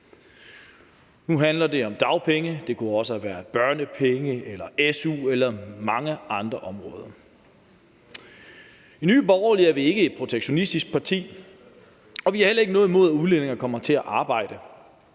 have været børnepenge eller su eller mange andre områder. I Nye Borgerlige er vi ikke et protektionistisk parti, og vi har heller ikke noget imod, at udlændinge kommer hertil for at arbejde,